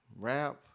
rap